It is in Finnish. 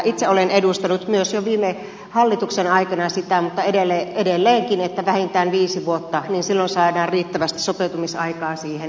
itse olen edustanut myös jo viime hallituksen aikana sitä mutta edelleenkin olen sitä mieltä että vähintään viisi vuotta niin silloin saadaan riittävästi sopeutumisaikaa siihen että pärjätään